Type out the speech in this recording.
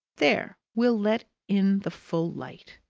there! we'll let in the full light.